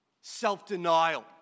Self-denial